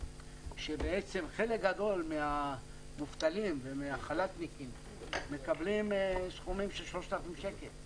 שבעצם חלק גדול מהמובטלים ומהחל"תניקים מקבלים סכומים של 3,000 או